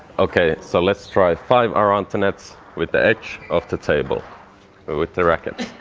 okay so let's try five around the nets with the edge of the table but with the racket.